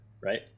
Right